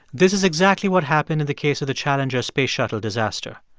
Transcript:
this is exactly what happened in the case of the challenger space shuttle disaster.